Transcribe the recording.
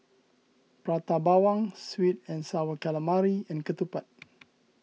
Prata Bawang Sweet and Sour Calamari and Ketupat